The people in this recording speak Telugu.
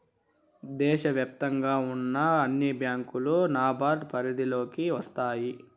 దేశ వ్యాప్తంగా ఉన్న అన్ని బ్యాంకులు నాబార్డ్ పరిధిలోకి వస్తాయి